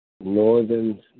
Northern